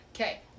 Okay